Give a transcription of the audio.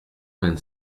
vingt